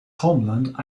homeland